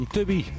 Tubby